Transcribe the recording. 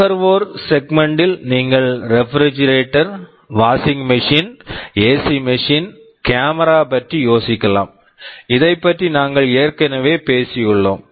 நுகர்வோர் segment segment ல் நீங்கள் refrigerator refrigerator washing machine washing machine AC machine AC machine camera camera பற்றி யோசிக்கலாம் இதைப்பற்றி நாங்கள் ஏற்கனவே பேசியுள்ளோம்